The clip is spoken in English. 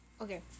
Okay